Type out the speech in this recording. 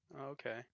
Okay